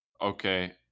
Okay